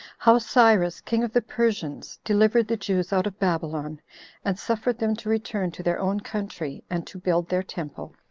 how cyrus, king of the persians, delivered the jews out of babylon and suffered them to return to their own country and to build their temple,